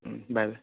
bye bye